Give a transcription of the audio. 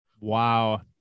Wow